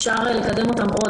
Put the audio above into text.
אפשר לקדם אותן עוד.